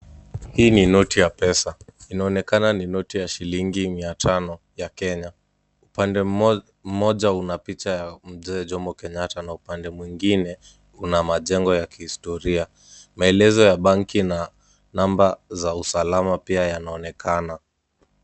Hii ni noti ya pesa. Inaonekana ni noti ya shilingi mia tano ya Kenya. Upande mmoja una picha ya mzee Jomo Kenyatta na upande mwingine kuna majengo ya kihistoria, maelezo ya banki na namba za usalama pia yanaonekana.